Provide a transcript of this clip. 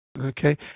Okay